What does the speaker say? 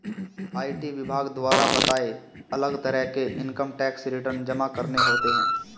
IT विभाग द्वारा बताए, अलग तरह के इन्कम टैक्स रिटर्न जमा करने होते है